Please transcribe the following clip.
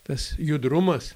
tas judrumas